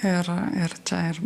ir ir čia ir